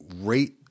rate